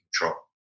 control